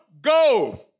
go